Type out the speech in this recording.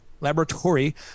laboratory